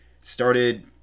started